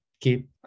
keep